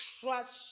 trust